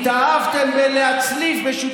התאהבתם בלהיות המצליפים הלאומיים,